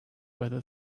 whether